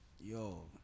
Yo